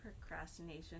procrastination